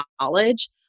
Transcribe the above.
knowledge